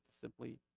simply